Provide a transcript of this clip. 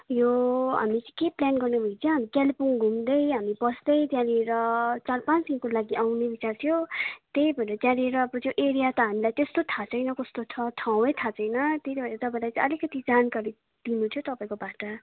यो हामी चाहिँ के प्लान गर्ने भनेको हामी कालिम्पोङ घुम्दै हामी बस्दै त्यहाँनेर चार पाँच दिनको लागि आउने विचार थियो त्यही भनेर त्यहाँनेर अब त्यो एरिया त हामीलाई त्यस्तो थाहा छैन कस्तो छ ठाउँ थाहा छैन त्यही भएर तपाईँलाई चाहिँ आलिकति जानाकरी दिनु थियो तपाईँकोबाट